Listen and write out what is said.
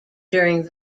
during